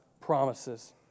promises